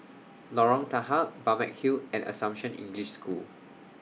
Lorong Tahar Balmeg Hill and Assumption English School